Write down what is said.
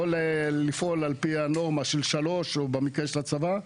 לא לפעול על פי הנורמה של שלוש כמו במקרה של הצבא,